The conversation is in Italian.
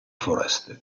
foreste